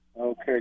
Okay